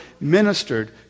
ministered